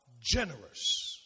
Generous